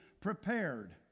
prepared